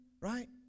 right